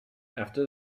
after